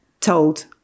told